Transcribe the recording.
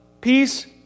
peace